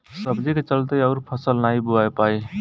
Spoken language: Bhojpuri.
सब्जी के चलते अउर फसल नाइ बोवा पाई